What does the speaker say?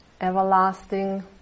everlasting